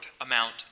amount